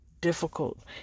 difficult